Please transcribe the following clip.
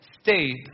state